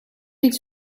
iets